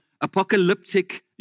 apocalyptic